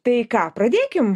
tai ką pradėkim